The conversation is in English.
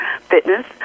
fitness